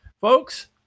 Folks